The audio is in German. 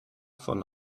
von